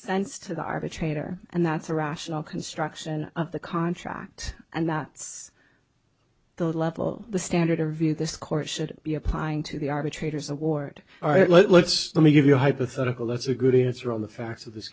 sense to the arbitrator and that's the rationale construction of the contract and that's the level the standard of view this court should be applying to the arbitrators award all right let's let me give you a hypothetical that's a good answer on the facts of this